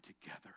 together